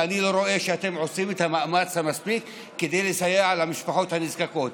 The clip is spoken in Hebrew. ואני לא רואה שאתם עושים מאמץ מספיק לסייע למשפחות הנזקקות.